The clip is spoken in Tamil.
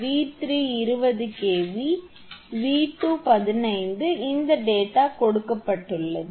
எனவே 𝑉3 20 kV 𝑉2 15 kV இந்தத் டேட்டா கொடுக்கப்பட்டுள்ளது